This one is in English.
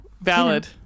Valid